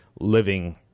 living